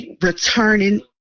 returning